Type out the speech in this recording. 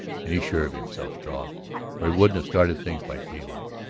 and he's sure of himself, struve, or he wouldn't have started things by daylight.